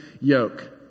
yoke